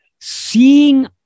seeing